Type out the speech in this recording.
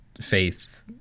faith